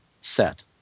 set